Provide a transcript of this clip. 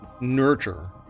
nurture